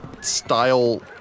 style